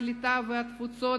הקליטה והתפוצות,